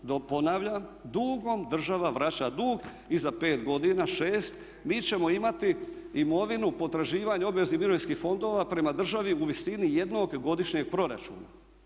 Ponavljam dugom država vraća dug i za 5 godina, 6 mi ćemo imati imovinu potraživanja obveznih mirovinskih fondova prema državi u visini jednog godišnjeg proračuna.